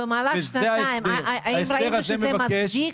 האם במהלך השנתיים ראית שזה מצדיק?